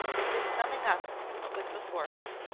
as if summing up what was before her.